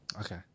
Okay